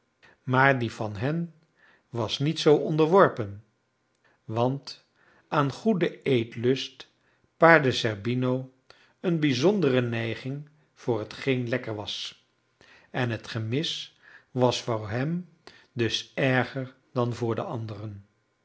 maar die van hen was niet zoo onderworpen want aan goeden eetlust paarde zerbino eene bijzondere neiging voor hetgeen lekker was en het gemis was voor hem dus erger dan voor de anderen